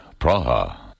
Praha